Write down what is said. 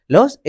Los